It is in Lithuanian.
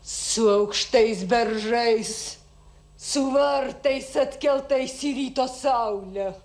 su aukštais beržais su vartais atkeltais į ryto saulę